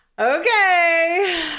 Okay